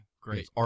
Great